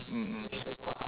mm mm